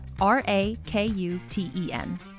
R-A-K-U-T-E-N